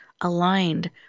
aligned